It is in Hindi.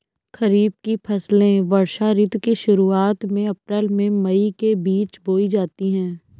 खरीफ की फसलें वर्षा ऋतु की शुरुआत में अप्रैल से मई के बीच बोई जाती हैं